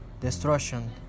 Destruction